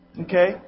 Okay